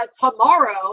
tomorrow